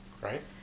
right